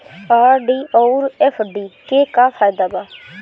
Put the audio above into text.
RD आउर FD के का फायदा बा?